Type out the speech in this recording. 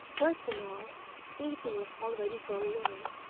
worse than all evening was already drawing on,